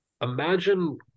Imagine